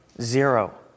Zero